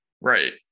right